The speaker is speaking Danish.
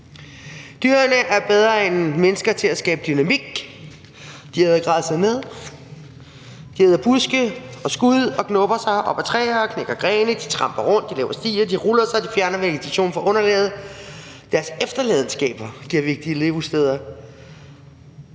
Dyrene er bedre end mennesker til at skabe dynamik. De æder græsset ned, de æder buske og skud og gnubber sig op ad træer og knækker grene, de tramper rundt, de laver stier, de ruller sig, de fjerner vegetation fra underlaget, og deres efterladenskaber giver vigtige levesteder,